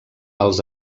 els